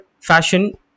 fashion